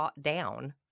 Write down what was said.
down